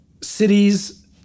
cities